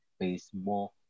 facebook